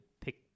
pick